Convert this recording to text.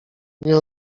nie